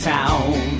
Town